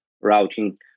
routing